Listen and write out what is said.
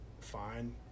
fine